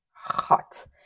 hot